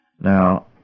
Now